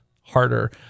harder